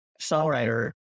songwriter